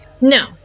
No